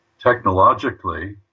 Technologically